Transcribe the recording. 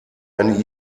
ein